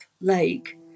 lake